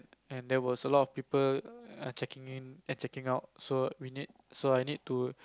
and there was a lot of people checking in and checking out so I need to